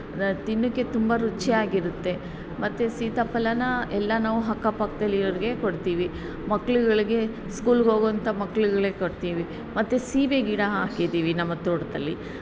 ರ ತಿನ್ನೋಕೆ ತುಂಬ ರುಚಿಯಾಗಿರುತ್ತೆ ಮತ್ತು ಸೀತಾಫಲನ ಎಲ್ಲ ನಾವು ಅಕ್ಕಪಕ್ದಲ್ಲಿರೋರಿಗೆ ಕೊಡ್ತೀವಿ ಮಕ್ಳುಗಳಿಗೆ ಸ್ಕೂಲಿಗೆ ಹೋಗೋವಂಥ ಮಕ್ಳುಗಳಿಗೆ ಕೊಡ್ತೀವಿ ಮತ್ತು ಸೀಬೆ ಗಿಡ ಹಾಕಿದ್ದೀವಿ ನಮ್ಮ ತೋಟದಲ್ಲಿ